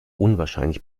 unwahrscheinlich